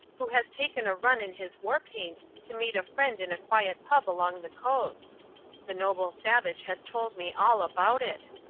who has taken a run in his war-paint to meet a friend in a quiet pub along the coast the noble savage has told me all about it.